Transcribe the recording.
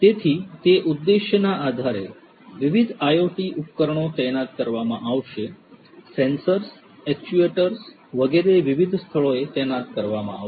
તેથી તે ઉદ્દેશ્યના આધારે વિવિધ IoT ઉપકરણો તૈનાત કરવામાં આવશે સેન્સર્સ એક્ચ્યુએટર્સ વગેરે વિવિધ સ્થળોએ તૈનાત કરવામાં આવશે